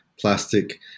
Plastic